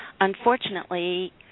unfortunately